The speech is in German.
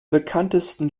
bekanntesten